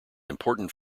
important